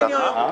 בבקשה.